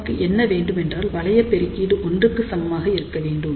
நமக்கு என்ன வேண்டும் என்றால் வளைய பெருக்கீடு ஒன்றுக்கு சமமாக இருக்க வேண்டும்